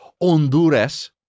Honduras